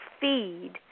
feed